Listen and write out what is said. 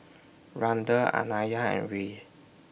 Randel Anaya and Rhea